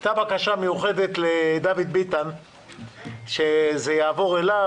לחבר הכנסת דוד ביטן הייתה בקשה מיוחדת שזה יעבור אליו